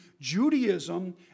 Judaism